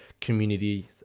community